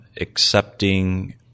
accepting